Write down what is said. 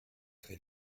très